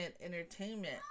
entertainment